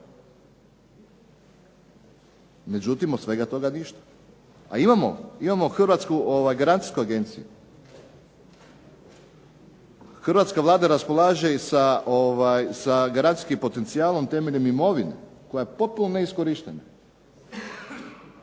međutim od svega toga ništa, a imamo Hrvatsku garancijsku agenciju. Hrvatska Vlada raspolaže i sa garancijskim potencijalom temeljem imovine koja je potpuno neiskorištena.